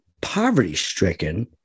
poverty-stricken